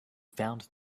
found